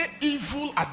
Evil